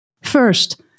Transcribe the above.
First